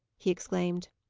he exclaimed.